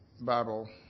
Bible